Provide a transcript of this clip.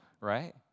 Right